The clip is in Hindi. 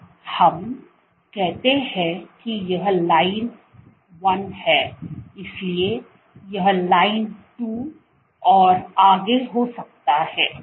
तो हम कहते हैं कि यह लाइन 1 है इसलिए यह लाइन 2 और आगे हो सकता है